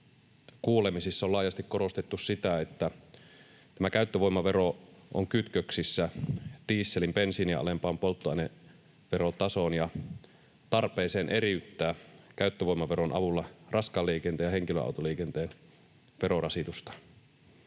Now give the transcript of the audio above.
kuulemisissa on laajasti korostettu sitä, että tämä käyttövoimavero on kytköksissä dieselin bensiiniä alempaan polttoaineverotasoon ja tarpeeseen eriyttää käyttövoimaveron avulla raskaan liikenteen ja henkilöautoliikenteen verorasitusta.